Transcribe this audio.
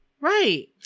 Right